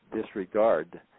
disregard